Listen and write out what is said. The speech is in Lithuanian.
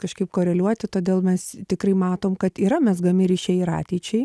kažkaip koreliuoti todėl mes tikrai matom kad yra mezgami ryšiai ir ateičiai